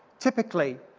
typically